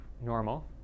normal